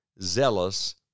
zealous